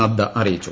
നദ്ദ അറിയിച്ചു